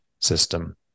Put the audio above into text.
system